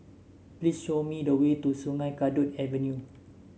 please show me the way to Sungei Kadut Avenue